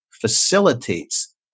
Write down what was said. facilitates